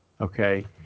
okay